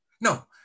No